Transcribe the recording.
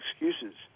excuses